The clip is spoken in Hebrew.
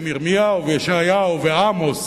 שהם ירמיהו וישעיהו ועמוס,